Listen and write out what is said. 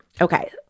Okay